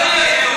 לא יהיה דיון.